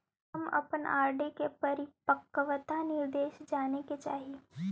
हम अपन आर.डी के परिपक्वता निर्देश जाने के चाह ही